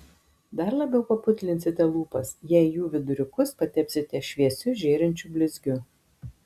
dar labiau paputlinsite lūpas jei jų viduriukus patepsite šviesiu žėrinčiu blizgiu